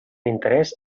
interès